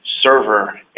server